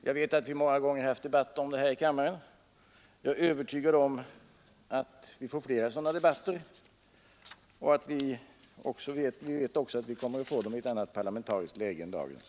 Jag vet att vi många gånger haft debatt om den här i kammaren, och jag är övertygad om att vi får flera sådana debatter — men vi kommer att få dem i ett annat parlamentariskt läge än dagens.